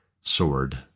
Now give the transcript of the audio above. sword